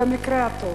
במקרה הטוב.